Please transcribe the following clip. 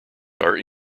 are